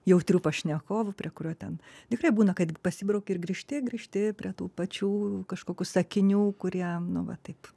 jautriu pašnekovu prie kurio ten tikrai būna kad pasibrauki ir grįžti grįžti prie tų pačių kažkokių sakinių kurie nu va taip